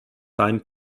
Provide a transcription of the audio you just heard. time